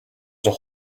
was